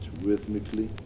rhythmically